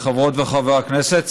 חברות וחברי הכנסת,